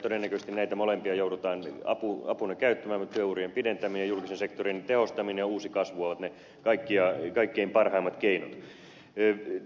todennäköisesti näitä molempia joudutaan apuna käyttämään mutta työurien pidentäminen ja julkisen sektorin tehostaminen ja uusi kasvu ovat ne kaikkein parhaimmat keinot